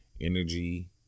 energy